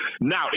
Now